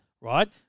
Right